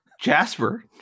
jasper